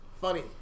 funny